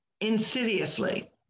insidiously